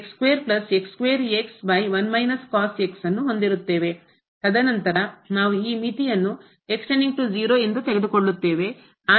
ಆದ್ದರಿಂದ ಈ ರದ್ದಾಗುತ್ತದೆ ನಾವು ತದನಂತರ ನಾವು ಮಿತಿಯನ್ನು ಎಂದು ತೆಗೆದುಕೊಳ್ಳುತ್ತೇವೆ